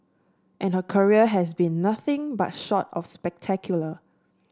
and her career has been nothing but short of spectacular